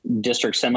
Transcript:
District